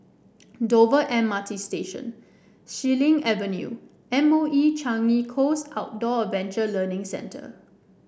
Dover M R T Station Xilin Avenue and M O E Changi Coast Outdoor Adventure Learning Centre